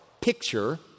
picture